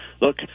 look